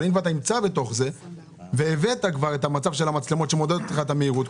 אבל אם אתה כבר נמצא בתוך זה והבאת כבר לכך שיש מצלמות שמודדות מהירות,